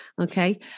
Okay